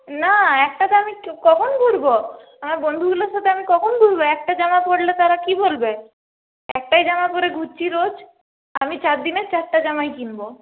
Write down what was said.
না একটাতে আমি কখন ঘুরবো আমার বন্ধুগুলোর সাথে আমি কখন ঘুরবো একটা জামা পরলে তারা কি বলবে একটাই জামা পরে ঘুরছি রোজ আমি চারদিনের চারটা জামাই কিনবো